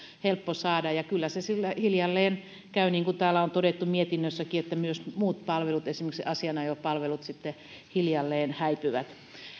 helppo saada ja kyllä hiljalleen käy niin kuin on todettu mietinnössäkin että myös muut palvelut esimerkiksi asianajopalvelut sitten hiljalleen häipyvät